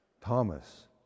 Thomas